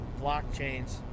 Blockchains